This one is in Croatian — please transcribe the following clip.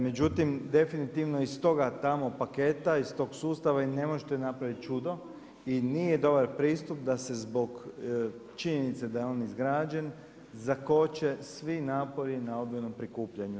Međutim, definitivno iz toga tamo paketa iz tog sustava vi ne možete napraviti čudo i nije dobar pristup da se zbog činjenice da je on izgrađen zakoče svi napori na odvojenom prikupljanju.